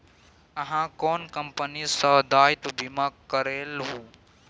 अहाँ कोन कंपनी सँ दायित्व बीमा करेलहुँ